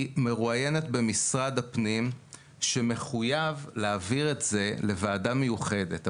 היא מרואיינת במשרד הפנים שמחויב להעביר את זה לוועדה מיוחדת,